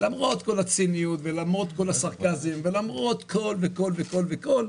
למרות כל הציניות ולמרות כל הסרקזם ולמרות כל וכל וכל וכל,